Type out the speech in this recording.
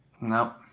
No